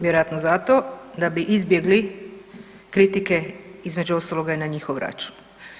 Vjerojatno zato da bi izbjegli kritike između ostaloga i na njihov račun.